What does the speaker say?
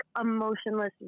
emotionless